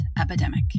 epidemic